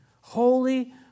Holy